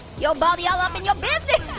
yo baldy all up in your business.